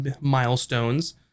milestones